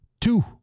two